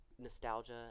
Nostalgia